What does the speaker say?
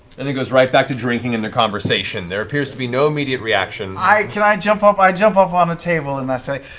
and then goes right back to drinking and their conversation. there appears to be no immediate reaction. sam can i jump up i jump up on a table and i say,